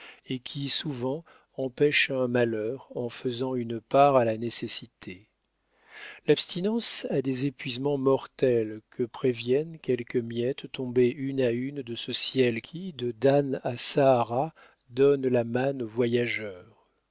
et qui souvent empêchent un malheur en faisant une part à la nécessité l'abstinence a des épuisements mortels que préviennent quelques miettes tombées une à une de ce ciel qui de dan à sahara donne la manne au voyageur